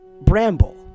Bramble